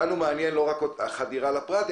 אותנו מעניינת לא רק החדירה לפרט,